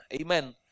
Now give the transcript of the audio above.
Amen